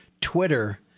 Twitter